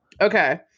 okay